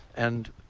and